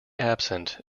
absent